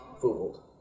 fooled